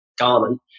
garment